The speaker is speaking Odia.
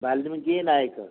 ବାଲ୍ମୀକି ନାୟକ